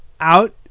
out